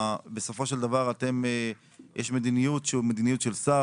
בסופו של דבר יש מדיניות שהיא מדיניות של שר